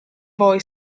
voi